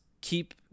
keep